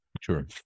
Sure